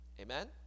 Amen